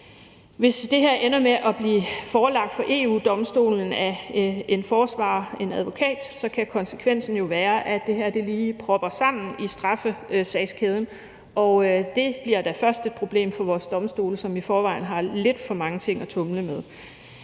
hvis det her ender med at blive forelagt for EU-Domstolen af en forsvarer, en advokat, så kan konsekvensen jo være, at det her lige propper sammen i straffesagskæden. Og det bliver da først et problem for vores domstole, som i forvejen har lidt for mange ting at tumle med.